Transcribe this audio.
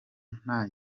nta